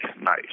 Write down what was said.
nice